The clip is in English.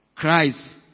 Christ